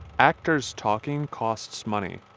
actors talking costs money.